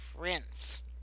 Prince